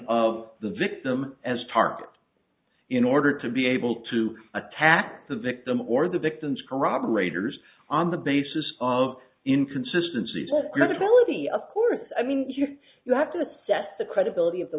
of the victim as target in order to be able to attack the victim or the victims corroborate yours on the basis of inconsistency credibility of course i mean you you have to assess the credibility of the